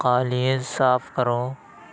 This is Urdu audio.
قالین صاف کرو